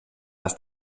dass